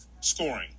scoring